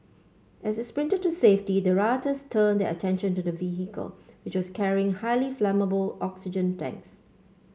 as they sprinted to safety the rioters turned their attention to the vehicle which was carrying highly flammable oxygen tanks